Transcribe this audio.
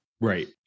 right